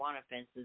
offenses